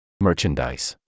Merchandise